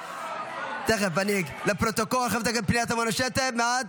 --- לפרוטוקול, מה את?